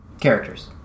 Characters